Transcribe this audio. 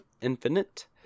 Infinite